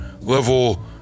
level